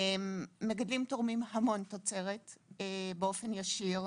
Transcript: מגדלים תורמים המון תוצרת באופן ישיר.